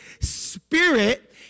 spirit